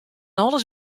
alles